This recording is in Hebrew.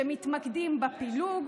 שמתמקדים בפילוג,